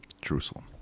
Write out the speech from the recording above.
Jerusalem